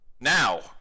now